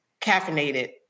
caffeinated